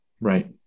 Right